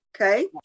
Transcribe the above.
okay